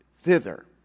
thither